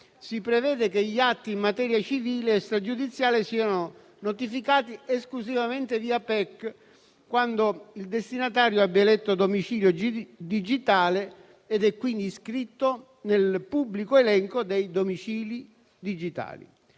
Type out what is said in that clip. si prevede che gli atti in materia civile e stragiudiziale siano notificati esclusivamente via PEC quando il destinatario abbia eletto un domicilio digitale e risulti quindi iscritto nel pubblico elenco dei domicili digitali.